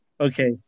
Okay